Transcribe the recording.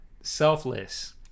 selfless